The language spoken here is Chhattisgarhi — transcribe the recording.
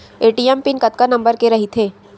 ए.टी.एम पिन कतका नंबर के रही थे?